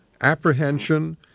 apprehension